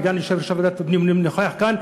וגם יושב-ראש ועדת הפנים נוכח כאן.